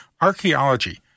archaeology